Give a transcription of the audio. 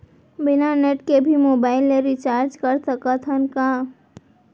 बिना नेट के भी मोबाइल ले रिचार्ज कर सकत हन का?